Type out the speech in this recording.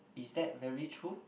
is that very true